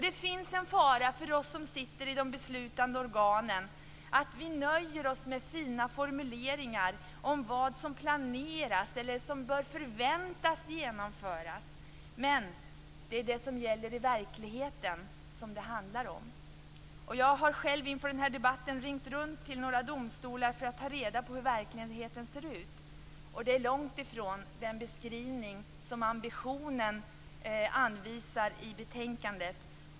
Det finns en fara att vi som sitter i de beslutande organen nöjer oss med fina formuleringar om vad planeras eller vad som förväntas genomföras. Men det handlar om det som gäller i verkligheten. Jag har inför den här debatten ringt runt till några domstolar för att ta reda på hur verkligheten ser ut. Det är långt ifrån den beskrivning och de ambitioner som finns i betänkandet.